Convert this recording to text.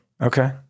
Okay